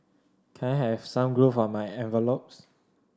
can I have some glue for my envelopes